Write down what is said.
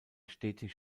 stetig